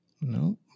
No